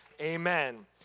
Amen